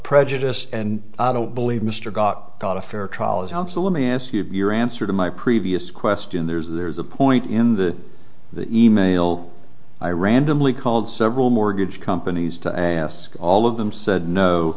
prejudice and i don't believe mr got got a fair trial is how so let me ask you if your answer to my previous question there's a point in the the e mail i randomly called several mortgage companies to ask all of them said no